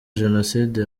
jenoside